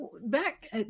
Back